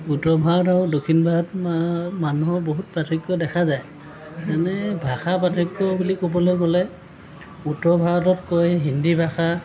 উত্তৰ ভাৰত আৰু দক্ষিণ ভাৰতৰ মানুহৰ বহুত পাৰ্থক্য দেখা যায় মানে ভাষা পাৰ্থক্য বুলি ক'বলৈ গ'লে উত্তৰ ভাৰতত কয় হিন্দী ভাষা